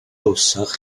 glywsoch